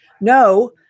no